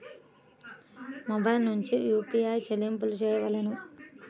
Mobile నుండే UPI చెల్లింపులు చేయవలెనా?